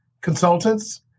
Consultants